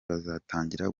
bazatangira